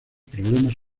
problemas